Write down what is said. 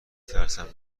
ترسم